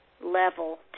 level